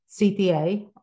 CTA